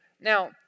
Now